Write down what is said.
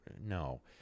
no